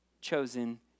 chosen